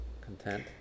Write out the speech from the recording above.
Content